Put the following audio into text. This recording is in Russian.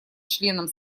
членам